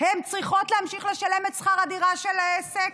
והן צריכות להמשיך לשלם את שכר הדירה של העסק.